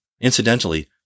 Incidentally